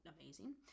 amazing